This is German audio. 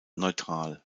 neutral